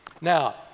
Now